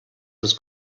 was